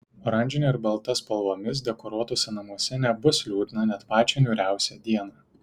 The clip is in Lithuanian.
oranžine ir balta spalvomis dekoruotuose namuose nebus liūdna net pačią niūriausią dieną